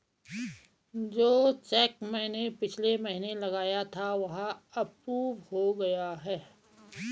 जो चैक मैंने पिछले महीना लगाया था वह अप्रूव हो गया है